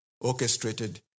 orchestrated